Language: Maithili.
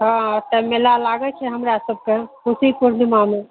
हँ ओतए मेला लागै छै हमरा सभके पूसी पुर्णिमामे